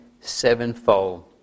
sevenfold